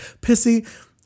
pissy